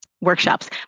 workshops